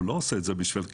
הוא לא עושה את זה בשביל כיף.